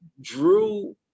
Drew